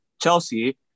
Chelsea